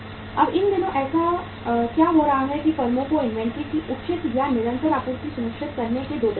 अब इन दिनों ऐसा क्या हो रहा है कि फर्मों को इन्वेंट्री की उचित या निरंतर आपूर्ति सुनिश्चित करने के लिए 2 तरीके हैं